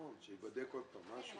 שישה